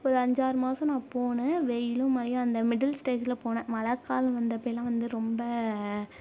ஒரு அஞ்சாறு மாதம் நான் போனேன் வெயிலும் மழையும் அந்த மிடில் ஸ்டேஜில் போனேன் மழை காலம் வந்தப்போலாம் வந்து ரொம்ப